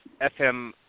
FM